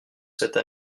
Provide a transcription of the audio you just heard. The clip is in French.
cette